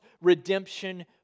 redemption